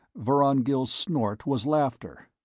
vorongil's snort was laughter.